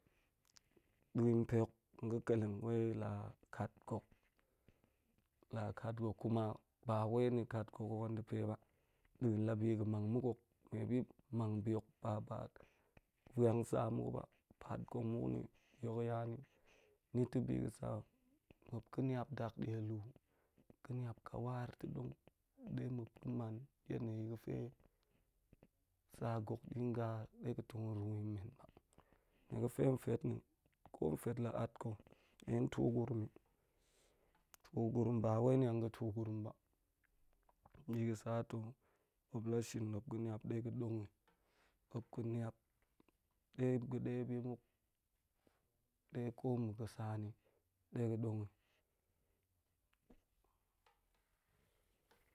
Da̱a̱m pe hok ga̱ keleng pe la kat gok la ka gok kuma ba wai ni kat gok hot an ɗe pe ba, da̱a̱n la bi ga̱ mang mak hok vwan sa muk ba, pet gong muk nibi hok ya ni. Ni ta̱ bi ga̱ sa̱ muap ga̱ nlap dakdya hi, muap ga̱ map ka war ta̱ dong, de muap ga̱ man yane ni ga̱fe sa gok tong dinga ɗe ga̱ tong ru yi men ba. Nie ga̱fe fet na̱ ko fet la at ga̱ de tu gurum yi, tu gurum ba ai mang ga̱ tu gurum ba. Bi ga̱ sa to muap la shin muao ga̱ map de ga̱ dong yi, muap ga̱ map de ga̱ de bi muk, de ko ma̱ ga̱ saan ni, ɗe ga̱ dong yi